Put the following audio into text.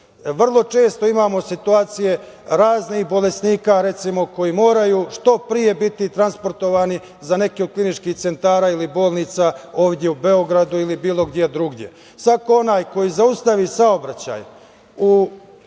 vrlo čestom imamo situacije raznih bolesnika, recimo, koji moraju što pre biti transportovani za neki od kliničkih centara ili bolnica ovde u Beogradu ili bilo gde drugde. Svako onaj ko zaustavi saobraćaj u